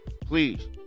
please